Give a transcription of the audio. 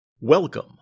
Welcome